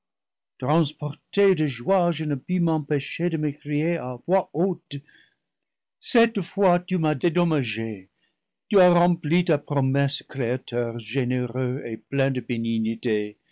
transporté de joie je ne pus m'empêcher de m'écrier à voix haute cette fois tu m'as dédommagé tu as rempli ta promesse créateur généreux et plein de